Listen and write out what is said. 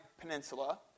Peninsula